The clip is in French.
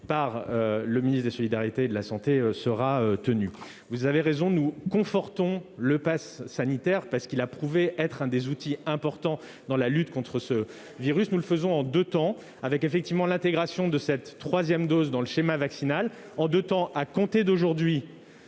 par le ministre des solidarités et de la santé sera respectée. Vous avez raison, nous confortons le passe sanitaire, parce qu'il s'est révélé être l'un des outils importants dans la lutte contre le virus. Nous le faisons en deux temps, en ce qui concerne l'intégration de la troisième dose dans le schéma vaccinal. La première période s'ouvre aujourd'hui,